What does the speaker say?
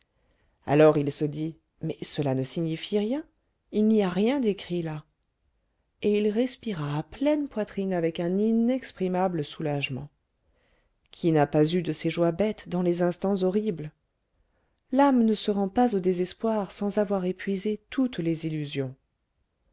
alors il se dit mais cela ne signifie rien il n'y a rien d'écrit là et il respira à pleine poitrine avec un inexprimable soulagement qui n'a pas eu de ces joies bêtes dans les instants horribles l'âme ne se rend pas au désespoir sans avoir épuisé toutes les illusions